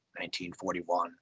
1941